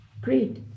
Great